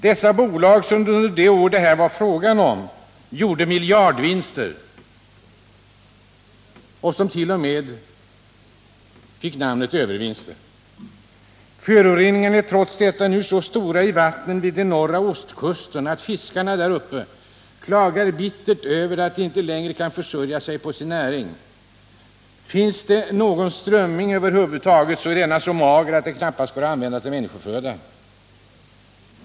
Dessa bolag gjorde under de år det här är fråga om miljardvinster, som t.o.m. fick namnet övervinster! Föroreningarna i vattnen vid den norra ostkusten är trots dessa bidrag nu så stora att fiskarna klagar bittert över att de inte längre kan försörja sig på sin näring. Finns det någon strömming över huvud taget är denna så mager att den knappast går att använda till människoföda.